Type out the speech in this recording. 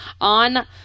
on